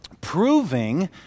proving